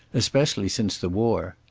especially since the war.